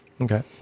Okay